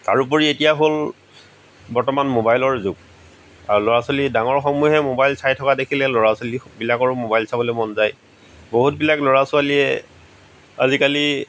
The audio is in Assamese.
তাৰ উপৰি এতিয়া হ'ল বৰ্তমান ম'বাইলৰ যুগ আৰু ল'ৰা ছোৱালী ডাঙৰসমূহে মোবাইল চাই থকা দেখিলে ল'ৰা ছোৱালীবিলাকৰো মোবাইল চাবলৈ মন যায় বহুতবিলাক ল'ৰা ছোৱালীয়ে আজিকালি